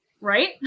right